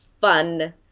fun